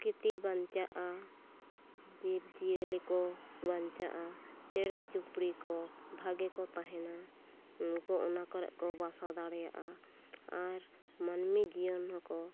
ᱯᱨᱚᱠᱤᱛᱤ ᱵᱟᱧᱪᱟᱜᱼᱟ ᱡᱤᱵ ᱡᱤᱭᱟᱹᱞᱤ ᱠᱚ ᱵᱟᱧᱪᱟᱜᱼᱟ ᱪᱮᱸᱬᱮ ᱪᱤᱯᱲᱩ ᱠᱚ ᱵᱷᱟᱹᱜᱤ ᱠᱚ ᱛᱟᱦᱮᱸᱱᱟ ᱩᱱᱠᱩ ᱚᱱᱟ ᱠᱚᱨᱮ ᱠᱚ ᱵᱟᱥᱟ ᱫᱟᱲᱮᱭᱟᱜᱼᱟ ᱟᱨ ᱢᱟᱹᱱᱢᱤ ᱡᱤᱭᱚᱱ ᱦᱚᱠᱚ